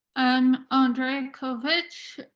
i'm andre and kovich.